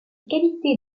qualités